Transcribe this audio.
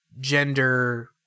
gender